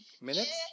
minutes